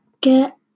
get